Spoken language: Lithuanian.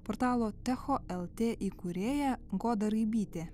portalo techo lt įkūrėja goda raibytė